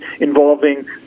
involving